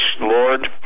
Lord